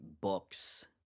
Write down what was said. books